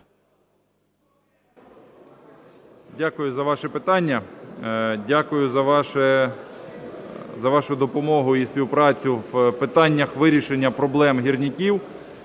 Дякую за ваше питання. Дякую за вашу допомогу і співпрацю у питаннях вирішення проблем гірників.